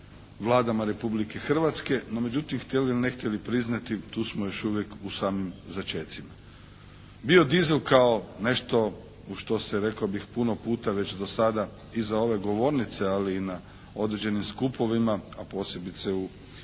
Vladama Republike Hrvatske, no međutim htjeli ili ne htjeli priznati tu smo još uvijek u samim začetcima. Biodizel kao nešto u što se rekao bih puno puta već do sada iza ove govornice, ali i na određenim skupovima a posebice u